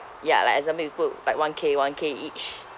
ya like example you put like one K one K each